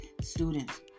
Students